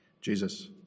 Jesus